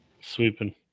Sweeping